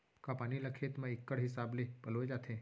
का पानी ला खेत म इक्कड़ हिसाब से पलोय जाथे?